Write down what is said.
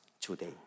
today